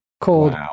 called